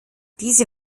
diese